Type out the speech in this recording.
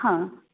हां